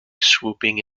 swooping